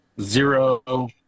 zero